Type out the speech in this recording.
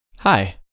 Hi